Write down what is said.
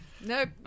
Nope